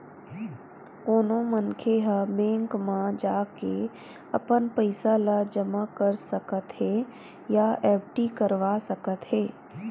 कोनो मनखे ह बेंक म जाके अपन पइसा ल जमा कर सकत हे या एफडी करवा सकत हे